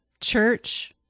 church